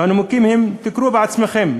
והנימוקים הם, תקראו בעצמכם,